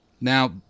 Now